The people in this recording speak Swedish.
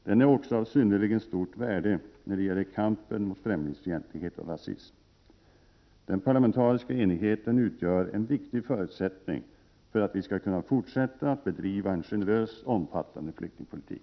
Den är också av synnerligen stort värde när det gäller kampen mot främlingsfientlighet och rasism. Den parlamentariska enigheten utgör en viktig förutsättning för att vi skall kunna fortsätta att bedriva en generös och omfattande flyktingpolitik.